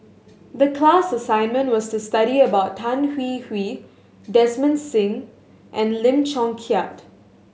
the class assignment was to study about Tan Hwee Hwee Desmond Sim and Lim Chong Keat